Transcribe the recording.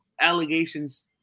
allegations